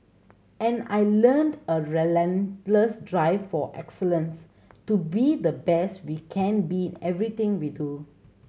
and I learnt a relentless drive for excellence to be the best we can be in everything we do